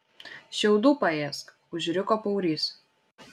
šiaudų paėsk užriko paurys